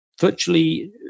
virtually